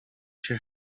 się